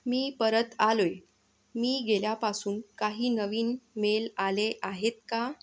मी परत आलोय मी गेल्यापासून काही नवीन मेल आले आहेत का